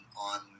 on